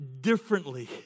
differently